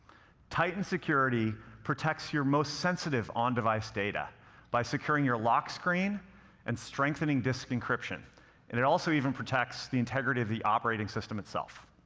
titan security protects your most sensitive on-device data by securing your lock screen and strengthening disk encryption. and it also even protects the integrity of the operating system itself.